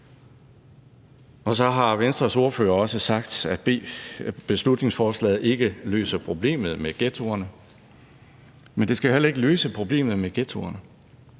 Venstres ordfører har også sagt, at beslutningsforslaget ikke løser problemet med ghettoerne, men det skal jo heller ikke løse problemet med ghettoerne.